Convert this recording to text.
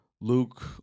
Luke